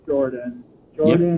Jordan